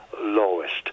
lowest